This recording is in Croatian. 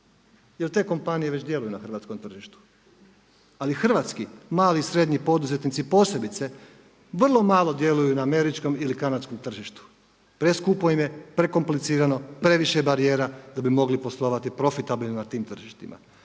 jer te kompanije već djeluju na hrvatskom tržištu. Ali hrvatski mali i srednji poduzetnici posebice vrlo malo djeluju na američkom ili kanadskom tržištu. Preskupo im je, prekomplicirano, previše je barijera da bi mogli poslovati profitabilno na tim tržištima.